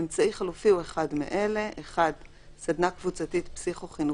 אמצעי חלופי הוא אחד מאלה: (1) סדנה קבוצתית פסיכו-חינוכית